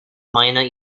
minor